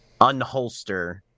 unholster